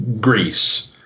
Greece